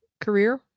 career